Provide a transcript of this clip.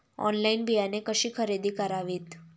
Online बियाणे कशी खरेदी करावीत?